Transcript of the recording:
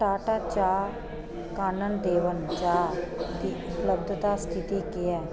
टाटा चाह् कानन देवन चाह् दी उपलब्धता स्थिति केह् ऐ